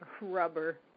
rubber